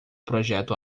projeto